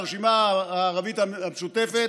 לרשימה הערבית המשותפת.